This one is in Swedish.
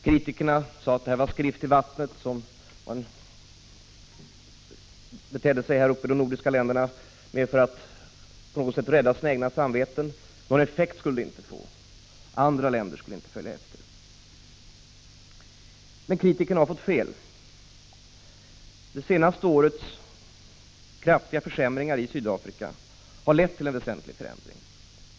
Kritikerna sade att detta var skrift i vattnet och att man betedde sig på det här sättet i de nordiska länderna mer för att på något sätt rädda sina egna samveten. Någon effekt skulle det inte få. Andra länder skulle inte följa efter. Men kritikerna har fått fel. Det senaste årets kraftiga försämringar i Sydafrika har lett till en väsentlig förändring.